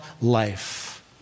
life